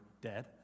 dead